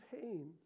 pain